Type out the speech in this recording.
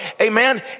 Amen